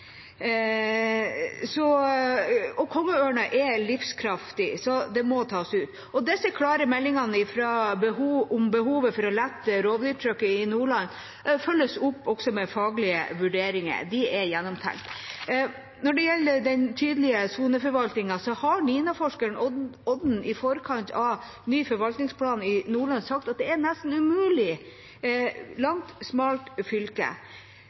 er livskraftig, så den må tas ut. De klare meldingene om behovet for å lette rovdyrtrykket i Nordland følges opp, også med faglige vurderinger. De er gjennomtenkte. Når det gjelder den tydelige soneforvaltningen, har NINA-forskeren Odden i forkant av ny forvaltningsplan i Nordland sagt at det nesten er umulig i et langt, smalt fylke.